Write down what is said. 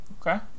Okay